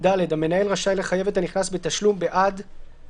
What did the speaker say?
מה רצית לתקן לגבי הנושא של "עד"?